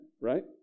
right